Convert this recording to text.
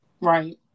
right